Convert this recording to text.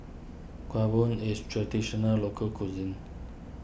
Kuih Bom is a Traditional Local Cuisine